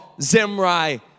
Zimri